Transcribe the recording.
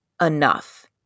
enough